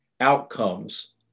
outcomes